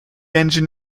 engine